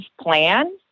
plan